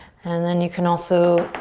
and then you can also